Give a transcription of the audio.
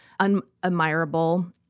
unadmirable